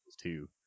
two